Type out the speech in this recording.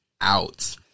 out